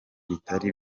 bitari